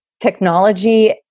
technology